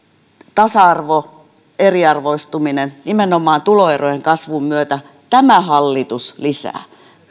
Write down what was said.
tasa arvon kannalta että eriarvoistumista nimenomaan tuloerojen kasvun myötä tämä hallitus lisää